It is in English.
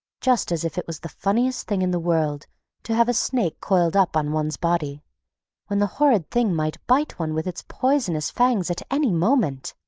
just as if it was the funniest thing in the world to have a snake coiled up on one's body when the horrid thing might bite one with its poisonous fangs, at any moment!